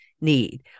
need